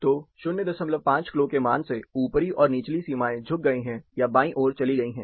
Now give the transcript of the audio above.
तो 05 क्लो के मान से ऊपरी और निचली सीमाएं झुक गई हैं या बाईं ओर चली गई है